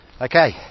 Okay